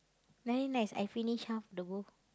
very nice I finish half the bowl